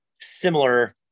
similar